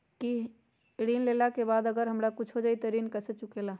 ऋण लेला के बाद अगर हमरा कुछ हो जाइ त ऋण कैसे चुकेला?